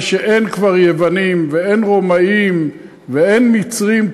שכבר אין יוונים ואין רומאים ואין מצרים,